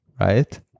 right